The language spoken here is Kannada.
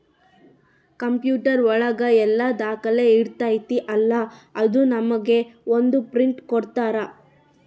ಕಂಪ್ಯೂಟರ್ ಒಳಗ ಎಲ್ಲ ದಾಖಲೆ ಇರ್ತೈತಿ ಅಲಾ ಅದು ನಮ್ಗೆ ಒಂದ್ ಪ್ರಿಂಟ್ ಕೊಡ್ತಾರ